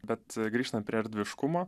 bet grįžtant prie erdviškumo